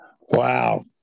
Wow